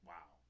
Wow